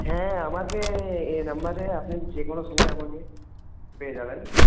হ্যাঁ আমাকে এই নম্বরে আপনি যেকোনো সময়ে আমাকে পেয়ে যাবেন